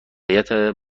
ارجاعات